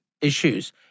issues